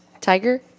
tiger